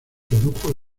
produjo